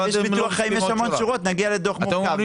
בביטוח חיים יש המון שורות, נגיע לדוח מורכב.